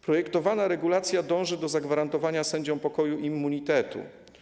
Projektowana regulacja dąży do zagwarantowania sędziom pokoju immunitetu.